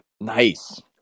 Nice